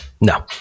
No